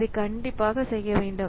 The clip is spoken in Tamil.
இதை கண்டிப்பாக செய்ய வேண்டும்